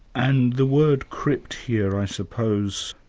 and the word crypt here, i suppose,